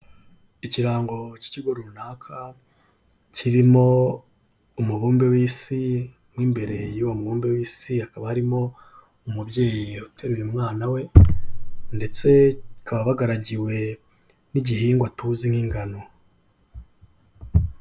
Ikirango cy'ikigo runaka, kirimo umubumbe w'isi, mo imbere y'uwo mubumbe w'isi hakaba harimo umubyeyi yateruye umwana we ndetse bakaba wagaragiwe n'igihingwa tuzi nk'ingano.